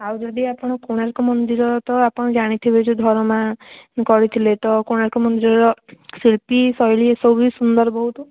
ଆଉ ଯଦି କୋଣାର୍କ ମନ୍ଦିର ତ ଆପଣ ଜାଣିଥିବେ ଯେଉଁ ଧରମା କରିଥିଲେ ତ କୋଣାର୍କ ମନ୍ଦିରର ଶିଳ୍ପୀ ଶୈଳୀ ଏସବୁ ବି ସୁନ୍ଦର ବହୁତ